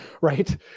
right